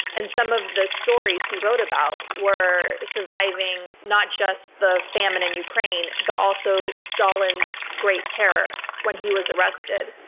and some of the stories he wrote about were surviving not just the famine in ukraine, but also stalin's great terror when he was arrested.